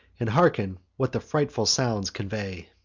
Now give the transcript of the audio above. and hearken what the frightful sounds convey.